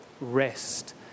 rest